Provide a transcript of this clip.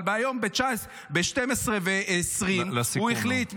אבל היום ב-12:20 הוא החליט --- לסיכום.